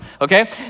okay